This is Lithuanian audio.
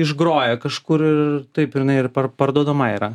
išgroja kažkur ir taip ir jinai ir par parduodama yra